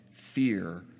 Fear